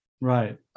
Right